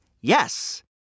Yes